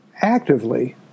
Actively